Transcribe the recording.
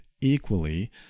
equally